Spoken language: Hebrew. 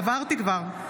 עברתי כבר.